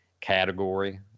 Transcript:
category